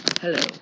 Hello